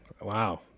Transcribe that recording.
Wow